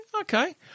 okay